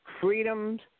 freedoms